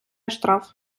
штраф